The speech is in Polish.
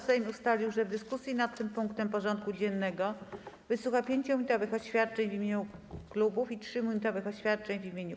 Sejm ustalił, że w dyskusji nad tym punktem porządku dziennego wysłucha 5-minutowych oświadczeń w imieniu klubów i 3-minutowych oświadczeń w imieniu kół.